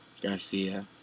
Garcia